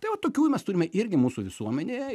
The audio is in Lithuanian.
tai vat tokių mes turime irgi mūsų visuomenėje